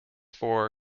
for